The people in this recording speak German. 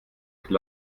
nicht